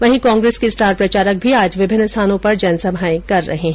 वहीं कॉंग्रेस के स्टार प्रचारक भी आज विभिन्न स्थानों पर जनसभाएं कर रहे है